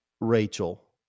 Rachel